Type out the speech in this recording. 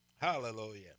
Hallelujah